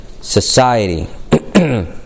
society